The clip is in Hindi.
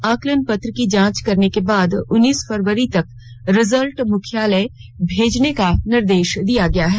आकलन पत्र की जांच करने के बाद उन्नीस फरवरी तक रिजल्ट मुख्यालय भेजने का निर्देश दिया गया है